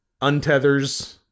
untethers